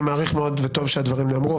אני מעריך מאוד וטוב שהדברים נאמרו,